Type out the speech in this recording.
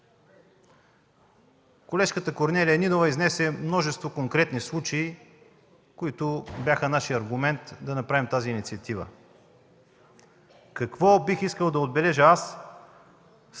Колежката Корнелия Нинова изнесе множество конкретни случаи, които бяха нашият аргумент за тази инициатива. Какво бих искал да отбележа аз